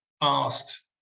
asked